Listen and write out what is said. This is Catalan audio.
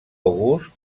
august